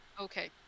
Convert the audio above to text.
okay